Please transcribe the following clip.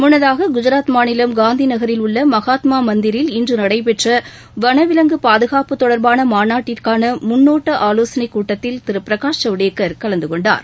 முன்னதாக குஜராத் மாநிலம் காந்தி நகரில் உள்ள மகாத்மா மந்திரில் இன்று நடைபெற்ற வனவிலங்கு பாதுகாப்பு தொடர்பான மாநாட்டிற்கான முன்னோட்ட ஆலோசனைக்கூட்டத்தில் திரு பிரகாஷ் ஜவடேகர் கலந்துகொண்டார்